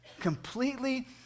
completely